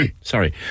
Sorry